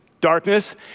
darkness